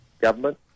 government